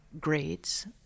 grades